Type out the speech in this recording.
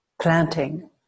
planting